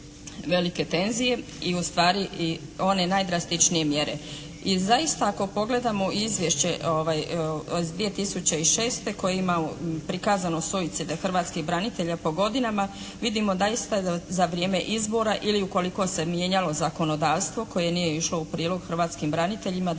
velike tenzije i ustvari i one najdrastičnije mjere. I zaista ako pogledamo izvješće iz 2006. koje ima prikazano suicide hrvatskih branitelja po godinama vidimo da ispada za vrijeme izbora ili ukoliko se mijenjalo zakonodavstvo koje nije išlo u prilog hrvatskim braniteljima